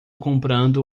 comprando